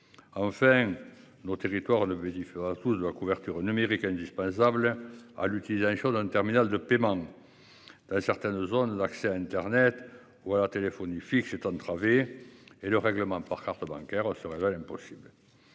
Enfin nos territoires le vérifiera tous de la couverture numérique indispensable à l'utiliser un jour d'un terminal de paiement. Dans certaines zones, l'accès à Internet ou à la téléphonie fixe est entravée et le règlement par carte bancaire se révèle impossible.